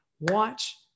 watch